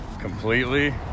completely